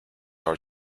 are